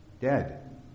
Dead